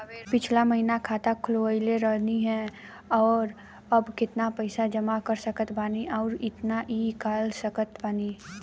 पिछला महीना खाता खोलवैले रहनी ह और अब केतना पैसा जमा कर सकत बानी आउर केतना इ कॉलसकत बानी?